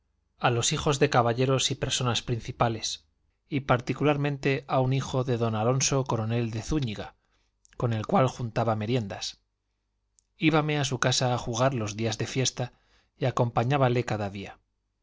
a los hijos de caballeros y personas principales y particularmente a un hijo de don alonso coronel de zúñiga con el cual juntaba meriendas íbame a su casa a jugar los días de fiesta y acompañábale cada día